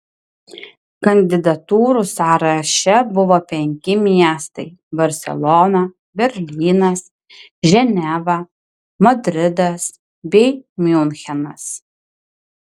kandidatūrų sąraše buvo penki miestai barselona berlynas ženeva madridas bei miunchenas